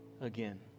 again